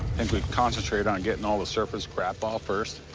and we concentrate on getting all the surface crap off first,